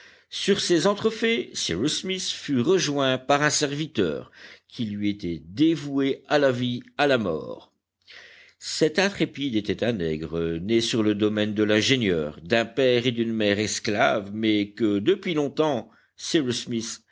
sur ces entre faits cyrus smith fut rejoint par un serviteur qui lui était dévoué à la vie à la mort cet intrépide était un nègre né sur le domaine de l'ingénieur d'un père et d'une mère esclaves mais que depuis longtemps cyrus smith